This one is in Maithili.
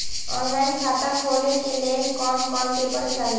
ऑनलाइन खाता खोले के लेल कोन कोन पेपर चाही?